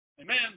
Amen